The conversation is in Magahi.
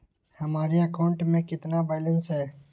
हमारे अकाउंट में कितना बैलेंस है?